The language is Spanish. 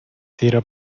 tira